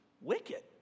wicked